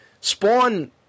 Spawn